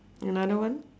another one